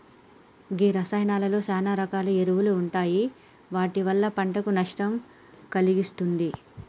గీ రసాయానాలలో సాన రకాల ఎరువులు ఉంటాయి వాటి వల్ల పంటకు నష్టం కలిగిస్తుంది